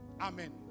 Amen